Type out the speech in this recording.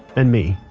and me,